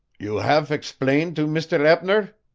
you haf exblained to misder eppner?